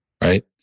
right